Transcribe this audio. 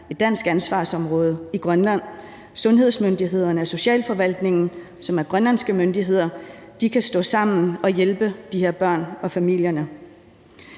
et dansk ansvarsområde i Grønland, sundhedsmyndighederne og socialforvaltningen, som er grønlandske myndigheder, kan stå sammen og hjælpe de her børn og familierne.